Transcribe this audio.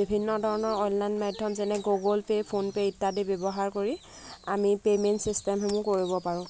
বিভিন্ন ধৰণৰ অনলাইন মাধ্যম যেনে গুগল পে' ফোন পে' ইত্যাদি ব্যৱহাৰ কৰি আমি পেমেণ্ট চিষ্টেমখিনি কৰিব পাৰোঁ